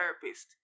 therapist